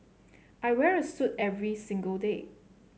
I wear a suit every single day